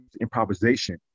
improvisation